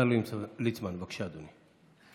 השר ליצמן, בבקשה, אדוני.